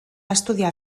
estudiar